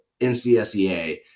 NCSEA